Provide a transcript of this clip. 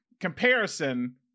comparison